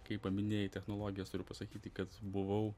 kai paminėjai technologijas turiu pasakyti kad buvau